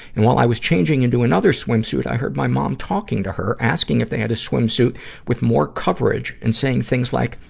and while i was changing into another swimsuit, i heard my mom talking to her, asking if they had a swimsuit with more coverage and say things like,